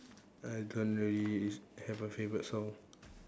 I don't really have a favorite song